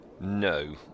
No